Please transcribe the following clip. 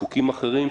בחוקים אחרים,